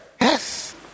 Yes